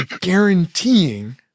guaranteeing